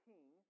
King